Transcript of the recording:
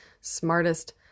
smartest